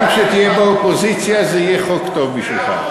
גם כשתהיה באופוזיציה זה יהיה חוק טוב בשבילך.